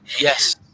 Yes